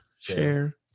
share